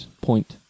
point